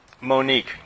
Monique